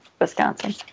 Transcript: Wisconsin